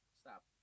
Stop